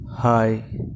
Hi